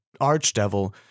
archdevil